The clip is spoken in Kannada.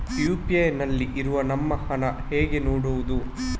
ಯು.ಪಿ.ಐ ನಲ್ಲಿ ಇರುವ ನಮ್ಮ ಹಣವನ್ನು ಹೇಗೆ ನೋಡುವುದು?